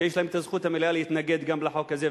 שיש להם הזכות המלאה להתנגד גם לחוק הזה,